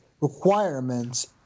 requirements